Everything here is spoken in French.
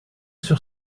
sur